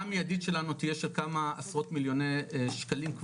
המיידית שלנו תהיה של כמה עשרות מיליוני שקלים,